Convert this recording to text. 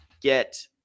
get